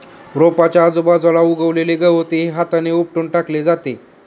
रोपाच्या आजूबाजूला उगवलेले गवतही हाताने उपटून टाकले जाते